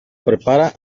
prepara